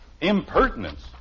Impertinence